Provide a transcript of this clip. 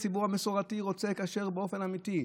הציבור המסורתי רוצה כשר באופן אמיתי,